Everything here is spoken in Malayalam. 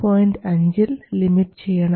5 ൽ ലിമിറ്റ് ചെയ്യണം